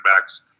backs